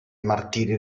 martirio